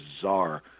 bizarre